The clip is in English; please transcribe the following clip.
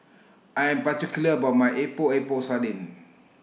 I Am particular about My Epok Epok Sardin